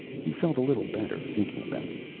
he felt a little better, thinking about it.